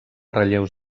relleus